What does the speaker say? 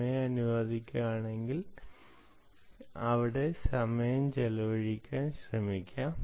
സമയം അനുവദിക്കുകയാണെങ്കിൽ അവിടെ സമയം ചെലവഴിക്കാൻ ശ്രമിക്കും